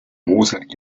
mosel